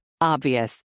Obvious